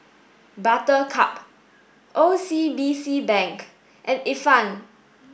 Buttercup O C B C Bank and Ifan